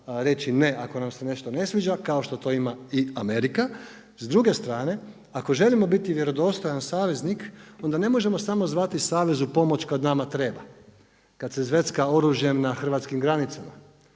reći ne ako nas se nešto ne sviđa, kao što to ima i Amerika. S druge strane ako želimo biti vjerodostojan saveznik, onda ne možemo samo zvati savez u pomoć kada nama treba. Kad se zvecka oružjem na hrvatskim granicama,